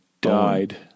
died